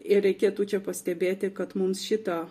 ir reikėtų čia pastebėti kad mums šita